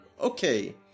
okay